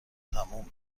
تمومه